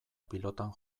pilotan